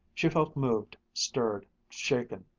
she felt moved, stirred, shaken.